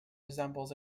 resembles